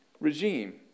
regime